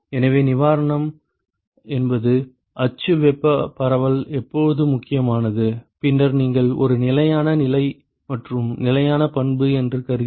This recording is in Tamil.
எனவே நிவாரணம் என்பது அச்சு வெப்ப பரவல் எப்போது முக்கியமானது பின்னர் நீங்கள் ஒரு நிலையான நிலை மற்றும் நிலையான பண்பு என்று கருதினால்